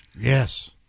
Yes